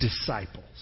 disciples